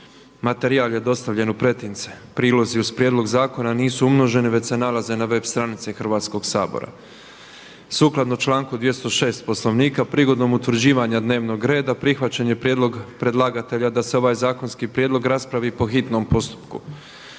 Materijal je dostavljen u pretince. Prilozi uz prijedlog zakona nisu umnoženi već se nalaze na web stranici Hrvatskog sabora. Sukladno članku 206. Poslovnika prigodom utvrđivanja dnevnog reda prihvaćen je prijedlog predlagatelja da se ovaj zakonski prijedlog raspravi po hitnom postupku.